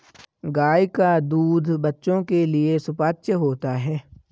गाय का दूध बच्चों के लिए सुपाच्य होता है